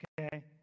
Okay